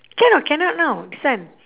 can or cannot now this one